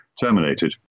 terminated